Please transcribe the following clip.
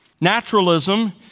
Naturalism